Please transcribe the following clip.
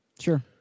Sure